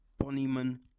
Bonnyman